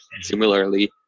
Similarly